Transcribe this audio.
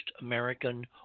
American